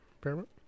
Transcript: Paramount